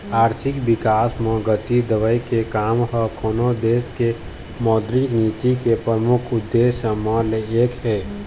आरथिक बिकास म गति देवई के काम ह कोनो देश के मौद्रिक नीति के परमुख उद्देश्य म ले एक हे